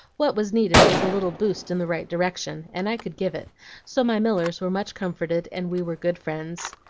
what was needed was a little boost in the right direction, and i could give it so my millers were much comforted, and we were good friends.